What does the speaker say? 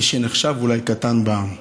מי שנחשב אולי קטן בעם.